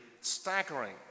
staggering